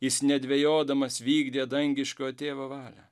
jis nedvejodamas vykdė dangiškojo tėvo valią